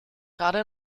gerade